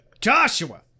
Joshua